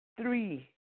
Three